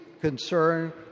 concern